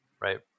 Right